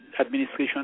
Administration